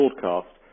broadcast